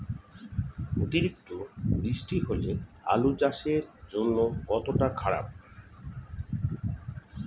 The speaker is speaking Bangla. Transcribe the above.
অতিরিক্ত বৃষ্টি হলে আলু চাষের জন্য কতটা খারাপ?